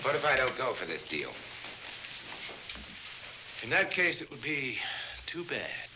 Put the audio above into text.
but if i don't go for this deal in that case it would be too b